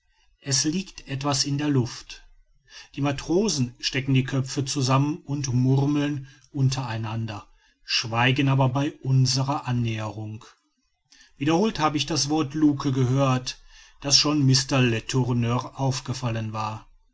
es liegt etwas in der luft die matrosen stecken die köpfe zusammen und murmeln unter einander schweigen aber bei unserer annäherung wiederholt habe ich das wort luke gehört das schon mr letourneur aufgefallen war